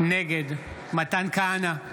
נגד מתן כהנא,